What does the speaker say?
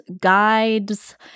guides